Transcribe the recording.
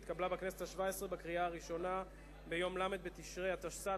התקבלה בכנסת השבע-עשרה בקריאה ראשונה ביום ל' בתשרי התשס"ט,